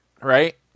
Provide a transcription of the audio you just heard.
right